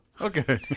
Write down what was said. okay